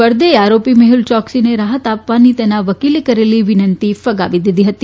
વર્દેએ આરોપી મેહ્લ ચોક્સીને રાહત આપવાની તેના વકીલે કરેલી વિનંતી ફગાવી દીધી હતી